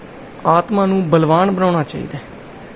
ਆਤਮਾ ਨੂੰ ਬਲਵਾਨ ਬਣਾਉਣਾ ਚਾਹੀਦਾ